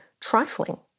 trifling